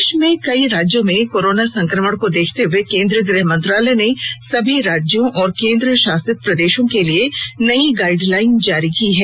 देश के कई राज्यों में कोरोना संक्रमण को देखते हुए केंद्रीय गृह मंत्रालय ने सभी राज्यों और केंद्र शासित प्रदेशों के लिए नई गाइडलाइन जारी की हैं